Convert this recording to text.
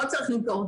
לא צריך למכור.